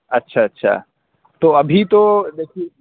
اچھا اچھا تو ابھی تو دیکھیے